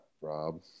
Rob